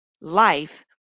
life